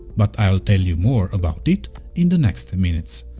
but i'll tell you more about it in the next minutes,